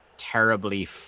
terribly